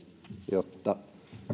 jotta